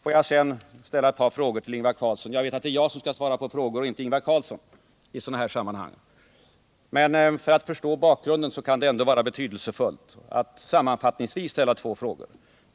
Får jag så ställa ett par frågor till Ingvar Carlsson — fastän jag ju vet att det är jag som i sådana här sammanhang skall svara på frågor och inte Ingvar Carlsson. Men för att man skall förstå bakgrunden till Ingvar Carlssons frågande kan det ändå vara betydelsefullt att jag sammanfattningsvis ställer och får svar på två frågor.